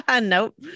Nope